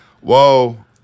Whoa